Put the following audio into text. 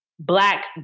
black